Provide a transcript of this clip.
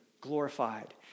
glorified